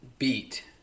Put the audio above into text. beat